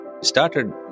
started